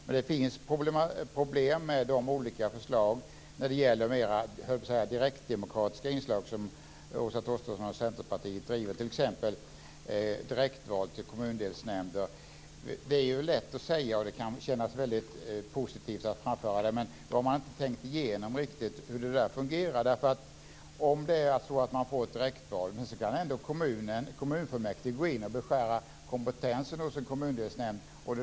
Men det finns problem med de olika förslagen med direktdemokratiska inslag som Åsa Torstensson och Centerpartiet driver, t.ex. direktval till kommundelsnämnder. Det är lätt att säga och känns positivt att framföra, men man har inte riktigt tänkt igenom hur det ska fungera. Vid ett direktval kan ändå kommunfullmäktige gå in och beskära kompetensen hos en kommundelsnämnd.